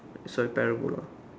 soil parabola